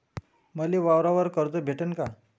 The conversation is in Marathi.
मले वावरावर कर्ज भेटन का?